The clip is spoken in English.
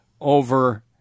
over